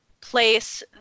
place